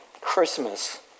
Christmas